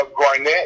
Garnett